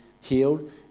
healed